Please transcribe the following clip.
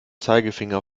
zeigefinger